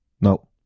no